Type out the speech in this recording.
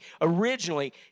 originally